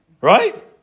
right